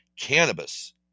cannabis